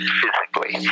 physically